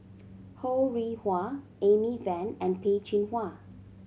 Ho Rih Hwa Amy Van and Peh Chin Hua